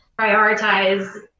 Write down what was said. prioritize